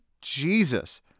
Jesus